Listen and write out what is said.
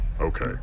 Okay